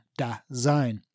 Dasein